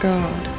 God